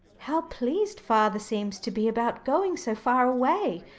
how pleased father seems to be about going so far away,